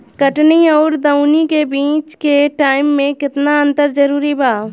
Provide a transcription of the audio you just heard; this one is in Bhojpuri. कटनी आउर दऊनी के बीच के टाइम मे केतना अंतर जरूरी बा?